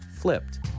flipped